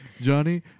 Johnny